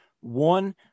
one